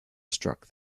struck